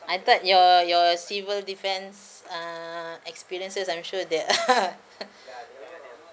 I thought your your civil defence uh experiences I'm sure there are